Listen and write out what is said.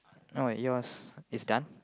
how bout yours is done